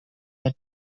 mid